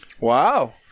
Wow